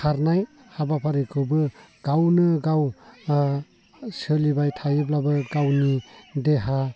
खारनाय हाबाफारिखोबो गावनो गाव सोलिबाय थायोब्लाबो गावनि देहा